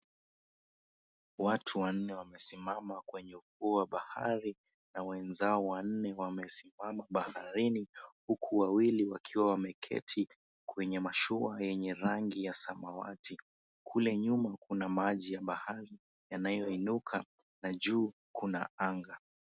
Watu wanne wamesimama kwenye ufuo wa bahari, na wenzao wanne wamesimama baharini, huku wawili wakiwa wameketi kwenye mashua yenye rangi ya samawati. Kule nyuma kuna maji ya bahari yanayoinuka na juu kuna anga.